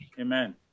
Amen